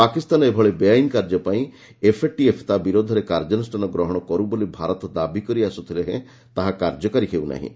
ପାକିସ୍ତାନର ଏଭଳି ବେଆଇନ୍ କାର୍ଯ୍ୟ ପାଇଁ ଏଫ୍ଏଟିଏଫ୍ ତା ବିରୋଧରେ କାର୍ଯ୍ୟାନୁଷ୍ଠାନ ଗ୍ରହଣ କରୁ ବୋଲି ଭାରତ ଦାବି କରି ଆସୁଥିଲେ ହେଁ ତାହା କାର୍ଯ୍ୟକାରୀ ହେଉନାହିଁ